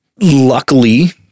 luckily